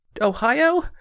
Ohio